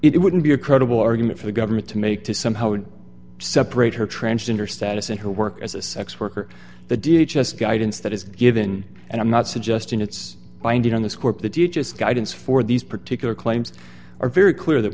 it wouldn't be a credible argument for the government to make to somehow separate her transgender status in her work as a sex worker the d h s guidance that is given and i'm not suggesting it's binding on this court that you just guidance for these particular claims are very clear that